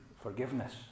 forgiveness